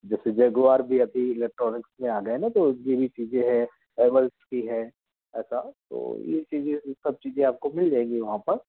जैसे जेग्वार भी आती है इलेक्ट्रोनिक्स में आ गए तो यह भी चीज़ें हैं हैवल्स भी होता तो चीज़ें यह सब चीज़ें आपको मिल जाएँगी वहाँ पर